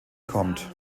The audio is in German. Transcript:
kommt